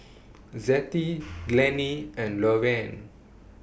Zettie Glennie and Lorene